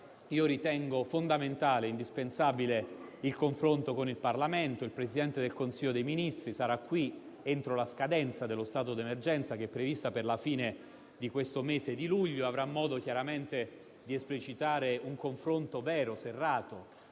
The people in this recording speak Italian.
ritengo indispensabile il confronto con il Parlamento. Il Presidente del Consiglio dei ministri sarà qui entro la scadenza dello stato di emergenza, prevista per la fine di questo mese, e avrà modo chiaramente di esplicitare un confronto vero, serrato.